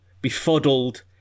befuddled